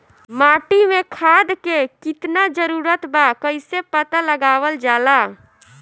माटी मे खाद के कितना जरूरत बा कइसे पता लगावल जाला?